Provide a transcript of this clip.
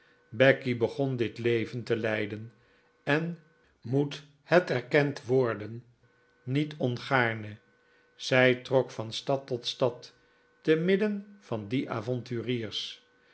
becky begon dit leven te leiden en moet het erkend worden niet ongaarne zij trok van stad tot stad te midden van die avonturiers